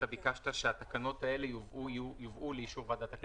אתה ביקשת שהתקנות האלה יובאו לאישור ועדת הכלכלה.